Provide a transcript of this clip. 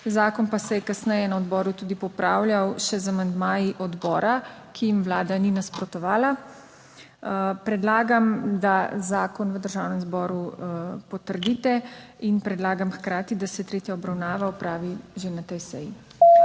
Zakon pa se je kasneje na odboru tudi popravljal še z amandmaji odbora, ki jim Vlada ni nasprotovala. Predlagam, da zakon v Državnem zboru potrdite in predlagam hkrati, da se tretja obravnava opravi že na tej seji.